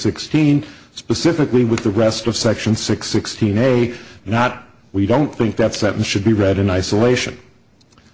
sixteen specifically with the rest of section six sixteen a not we don't think that sentence should be read in isolation